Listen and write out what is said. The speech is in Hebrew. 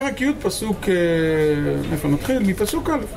מה קיוט פסוק איפה נתחיל? מפסוק אלף